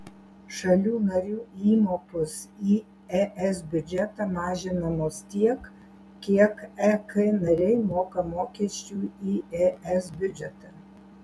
šalių narių įmokos į es biudžetą mažinamos tiek kiek ek nariai moka mokesčių į es biudžetą